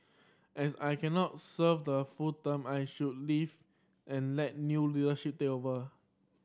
as I cannot serve the full term I should leave and let new leadership take over